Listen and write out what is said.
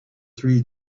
three